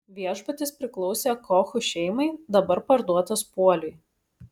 viešbutis priklausė kochų šeimai dabar parduotas puoliui